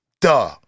Duh